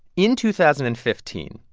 in two thousand and fifteen,